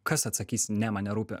kas atsakys ne man nerūpi